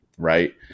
Right